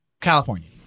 California